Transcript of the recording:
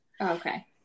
Okay